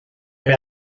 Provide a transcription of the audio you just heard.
per